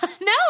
No